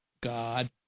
God